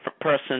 person